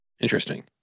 Interesting